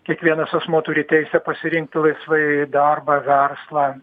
kiekvienas asmuo turi teisę pasirinkti laisvai į darbą verslą